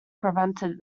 prevented